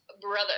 brother